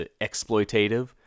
exploitative